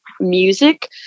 music